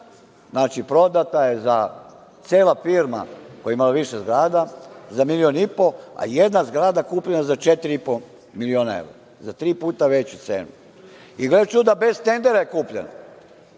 znači prodata je cela firma koja je imala više zgrada za milion i po, a jedna zgrada kupljena je za četiri i po miliona evra, za tri puta veću cenu. Gle čuda, bez tendera je kupljena.